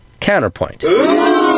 Counterpoint